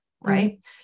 Right